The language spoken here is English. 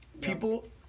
people